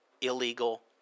Illegal